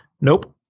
Nope